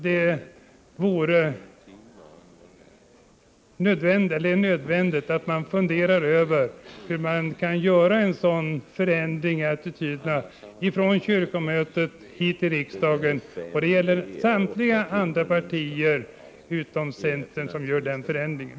Det är nödvändigt att dessa partier — samtliga utom centern — funderar över hur de på detta sätt kan förändra sin attityd från kyrkomötet och företräda en annan i riksdagen.